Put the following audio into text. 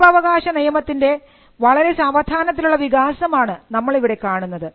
പകർപ്പവകാശ നിയമത്തിൻറെ വളരെ സാവധാനത്തിലുള്ള വികാസമാണ് നമ്മൾ ഇവിടെ കാണുന്നത്